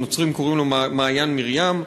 הנוצרים קוראים לו מעיין מרים.